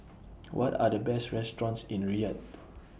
What Are The Best restaurants in Riyadh